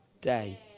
day